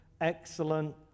excellent